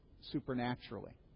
supernaturally